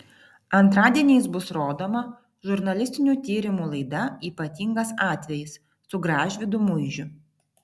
antradieniais bus rodoma žurnalistinių tyrimų laida ypatingas atvejis su gražvydu muižiu